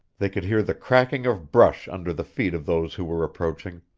they could hear the cracking of brush under the feet of those who were approaching.